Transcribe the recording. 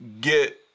get